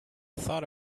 thought